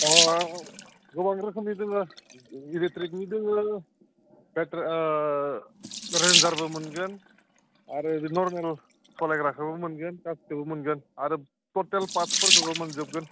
अ गोबां रोखोमनि दोङो एलेक्ट्रिकनि दोङो रेन्जारबो मोनगोन आरो नरमेल खालायग्राखोबो मोनगोन दा गासिबो मोनगोन आरो टटेल पार्ट्सफोरखोबो मोनजोबगोन